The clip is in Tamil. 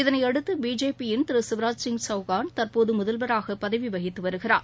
இதளையடுத்து பிஜேபியின் திரு சிவராஜ் சிங் சவுகான் தற்போது முதல்வராக பதவி வகித்து வருகிறார்